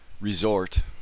resort